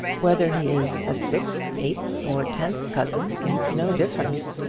whether he is a sixth, eighth, or tenth cousin makes no difference.